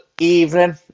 evening